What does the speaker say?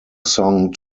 song